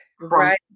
right